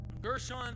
Gershon